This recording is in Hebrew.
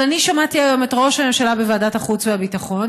אבל אני שמעתי היום את ראש הממשלה בוועדת החוץ והביטחון,